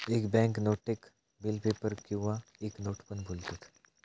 एक बॅन्क नोटेक bill paper किंवा एक नोट पण बोलतत